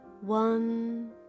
one